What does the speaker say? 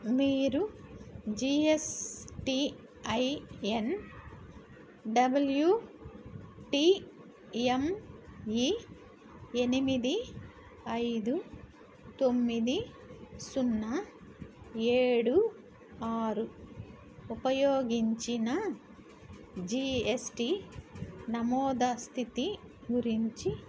మీరు GSTIN W T M E ఎనిమిది ఐదు తొమ్మిది సున్నా ఏడు ఆరు ఉపయోగించిన జీఎస్టీ నమోదు స్థితి గురించి